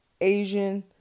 Asian